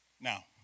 Now